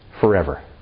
forever